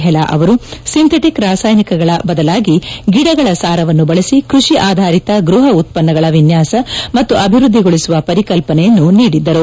ಹೆಲಾ ಅವರು ಸಿಂಥೆಟಿಕ್ ರಾಸಾಯನಿಕಗಳ ಬದಲಾಗಿ ಗಿಡಗಳ ಸಾರವನ್ನು ಬಳಸಿ ಕೈಷಿ ಆಧಾರಿತ ಗೃಹ ಉತ್ಪನ್ನಗಳ ವಿನ್ನಾಸ ಮತ್ತು ಅಭಿವ್ಯದ್ಲಿಗೊಳಿಸುವ ಪರಿಕಲ್ಪನೆಯನ್ನು ನೀಡಿದ್ದರು